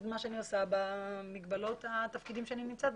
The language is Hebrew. מה שאני עושה במגבלות התפקידים בהם אני נמצאת.